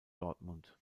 dortmund